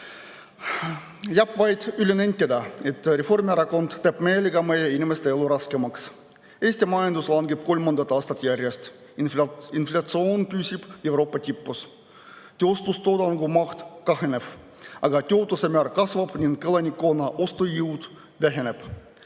Jääb vaid üle nentida, et Reformierakond teeb meelega meie inimeste elu raskemaks. Eesti majandus langeb kolmandat aastat järjest, inflatsioon püsib Euroopa tipus, tööstustoodangu maht kahaneb, aga töötuse määr kasvab ning elanikkonna ostujõud väheneb.